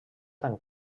tan